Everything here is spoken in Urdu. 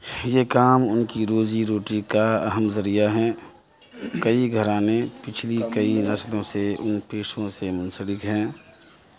یہ کام ان کی روزی روٹی کا اہم ذریعہ ہے کئی گھرانے پچھلی کئی نسلوں سے ان پیشوں سے منسلک ہیں